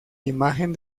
imagen